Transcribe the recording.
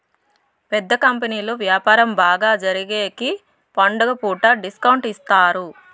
పెద్ద కంపెనీలు వ్యాపారం బాగా జరిగేగికి పండుగ పూట డిస్కౌంట్ ఇత్తారు